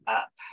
up